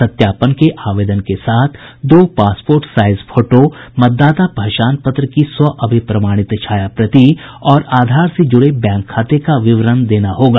सत्यापन के आवेदन के साथ दो पासपोर्ट साईज फोटो मतदाता पहचान पत्र की स्व अभिप्रमाणित छाया प्रति और आधार से जुड़े बैंक खाते का विवरण देना होगा